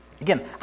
Again